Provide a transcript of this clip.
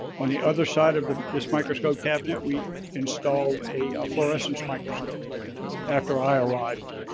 on the other side of the this microscope cabinet, we installed a fluorescence microscope after i arrived.